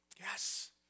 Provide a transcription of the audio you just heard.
Yes